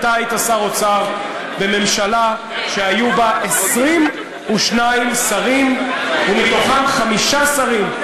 אתה היית שר האוצר בממשלה שהיו בה 22 שרים ומתוכם חמישה שרים,